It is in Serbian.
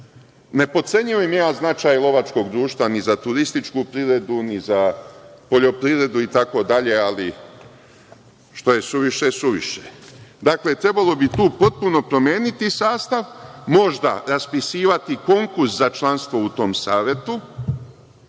Ne potcenjujem ja značaj lovačkog društva ni za turističku privredu, ni za poljoprivredu itd, ali, što je suviše, suviše je. Trebalo bi tu potpuno promeniti sastav. Možda raspisivati konkurs za članstvo u tom savetu,